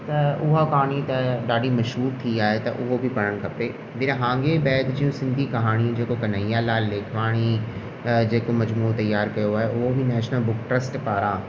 त उहा कहाणी त ॾाढी मशहूर थी आहे त उहो बि पढ़णु खपे विरहांङे बैदि जूं सिंधी कहाणी जेको कन्हैयालाल लेखवाणी जेको मजमूहो तयार कयो आहे उहो बि नैशनल बुक ट्र्स्ट पारां